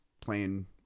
playing